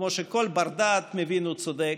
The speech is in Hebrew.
כמו שכל בר-דעת מבין צודק,